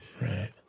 Right